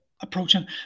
approaching